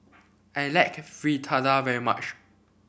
I like Fritada very much